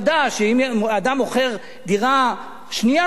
שאם אדם מוכר דירה שנייה שלו,